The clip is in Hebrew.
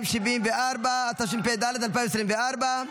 274), התשפ"ד 2024,